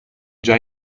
già